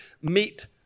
meet